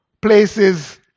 places